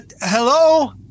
hello